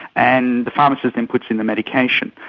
and the pharmacist then puts in the medication.